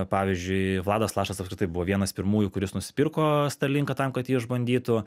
pavyzdžiui vladas lašas apskritai buvo vienas pirmųjų kuris nusipirko starlinką tam kad jį išbandytų